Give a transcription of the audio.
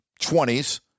20s